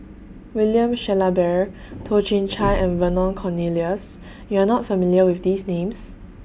William Shellabear Toh Chin Chye and Vernon Cornelius YOU Are not familiar with These Names